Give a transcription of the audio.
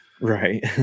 right